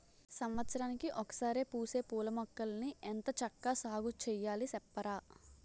సంవత్సరానికి ఒకసారే పూసే పూలమొక్కల్ని ఎంత చక్కా సాగుచెయ్యాలి సెప్పరా?